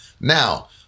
Now